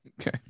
Okay